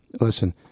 Listen